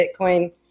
Bitcoin